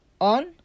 on